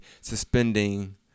Suspending